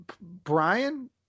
Brian